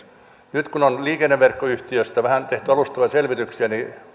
nyt kun on liikenneverkkoyhtiöstä vähän tehty alustavia selvityksiä niin